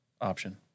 option